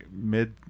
mid